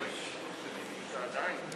עדיין.